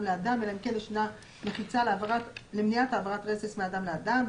לאדם אלא אם כן ישנה מחיצה למניעת העברת רסס מאדם לאדם,